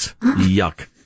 yuck